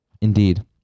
Indeed